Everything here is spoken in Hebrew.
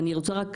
אני רוצה רק